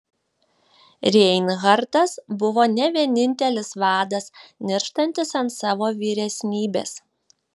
reinhartas buvo ne vienintelis vadas nirštantis ant savo vyresnybės